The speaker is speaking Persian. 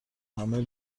همه